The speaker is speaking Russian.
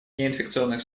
неинфекционных